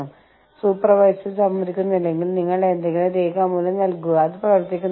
അതിനാൽ അന്താരാഷ്ട്രവൽക്കരണത്തിനോ ആഗോളവൽക്കരണത്തിനോ നമ്മൾ മുൻഗണന നൽകുന്നില്ല എന്നാണ് ഇത് അർത്ഥമാകുന്നത്